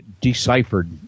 deciphered